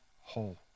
whole